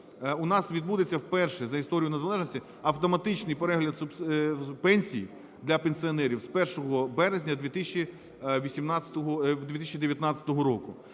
у нас відбудеться вперше за історію незалежності автоматичний перегляд пенсій для пенсіонерів з 1 березня 2019 року.